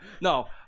No